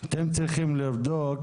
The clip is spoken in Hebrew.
צריכים לבדוק